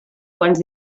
quants